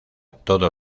todos